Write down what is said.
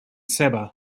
sabah